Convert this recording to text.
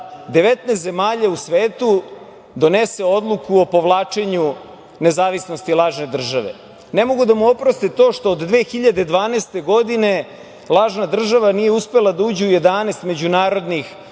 19 zemalja u svetu donese odluku o povlačenju nezavisnosti lažne države. Ne mogu da mu oproste to što do 2012. godine lažna država nije uspela da uđe u 11 međunarodnih